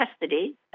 custody